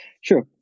Sure